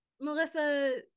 Melissa